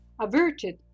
averted